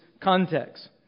context